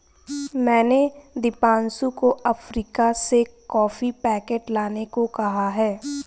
मैंने दीपांशु को अफ्रीका से कॉफी पैकेट लाने को कहा है